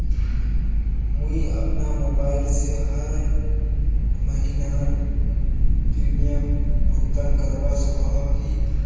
मुई अपना मोबाईल से हर महीनार प्रीमियम भुगतान करवा सकोहो ही?